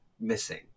missing